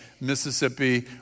Mississippi